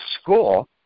school